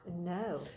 No